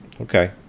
Okay